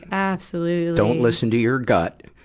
absolutely. don't listen to your gut.